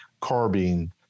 carbine